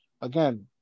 Again